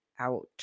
out